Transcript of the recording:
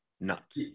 nuts